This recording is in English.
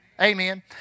Amen